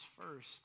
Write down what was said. first